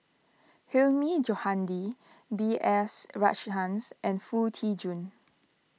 Hilmi Johandi B S Rajhans and Foo Tee Jun